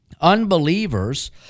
Unbelievers